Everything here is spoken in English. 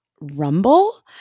rumble